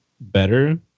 better